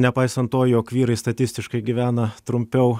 nepaisant to jog vyrai statistiškai gyvena trumpiau